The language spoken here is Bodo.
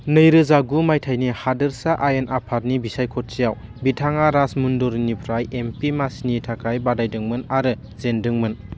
नैरोजा गु मायथाइनि हादोरसा आयेन आफादनि बिसायख'थियाव बिथाङा राजमुंदरीनिफ्राय एमपी मासिनि थाखाय बादायदोंमोन आरो जेनदोंमोन